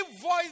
voice